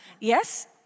Yes